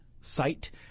site